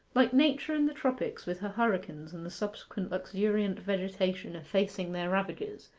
like nature in the tropics, with her hurricanes and the subsequent luxuriant vegetation effacing their ravages,